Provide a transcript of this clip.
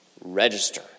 Register